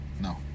no